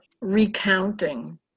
recounting